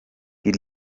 die